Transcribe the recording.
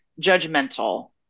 judgmental